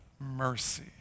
mercy